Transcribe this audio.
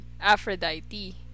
Aphrodite